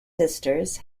sisters